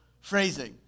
phrasing